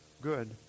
good